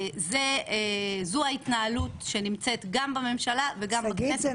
זו ההתנהלות שנמצאת גם בממשלה וגם בכנסת.